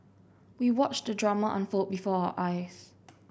we watched the drama unfold before our eyes